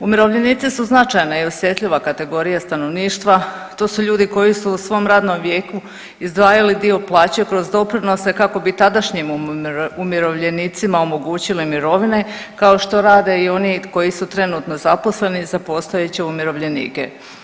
Umirovljenici su značajna i osjetljiva kategorija stanovništva, to su ljudi koji su u svom radnom vijeku izdvajali dio plaće kroz doprinose kako bi tadašnjim umirovljenicima omogućili mirovine kao što rade i oni koji su trenutno zaposleni za postojeće umirovljenike.